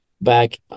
back